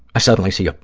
i suddenly see,